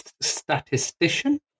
Statistician